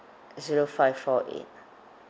zero five four eight